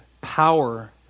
power